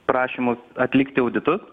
prašymus atlikti auditus